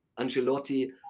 Angelotti